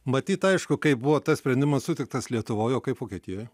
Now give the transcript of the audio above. matyt aišku kaip buvo tas sprendimas sutiktas lietuvoj o kaip vokietijoj